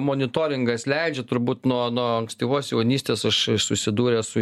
monitoringas leidžia turbūt nuo nuo ankstyvos jaunystės aš susidūręs su